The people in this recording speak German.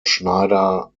schneider